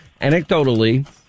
anecdotally